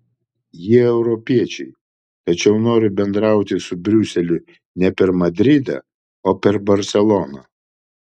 jie europiečiai tačiau nori bendrauti su briuseliu ne per madridą o per barseloną